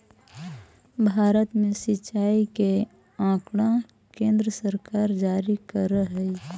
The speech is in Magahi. भारत में सिंचाई के आँकड़ा केन्द्र सरकार जारी करऽ हइ